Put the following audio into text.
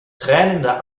tränende